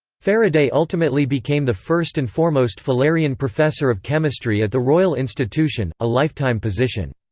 faraday ultimately became the first and foremost fullerian professor of chemistry at the royal institution, a lifetime position.